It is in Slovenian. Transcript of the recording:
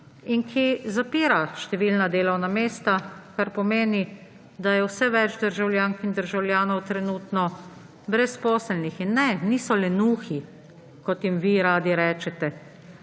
in ki zapira številna delovna mesta, kar pomeni, da je vse več državljank in državljanov trenutno brezposelnih in niso lenuhi, kot jim vi radi rečete,